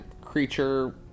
creature